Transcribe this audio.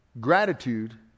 gratitude